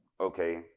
okay